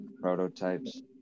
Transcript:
prototypes